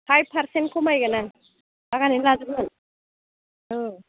five percent खमायगोन आं बागानैनो लाजोबगोन औ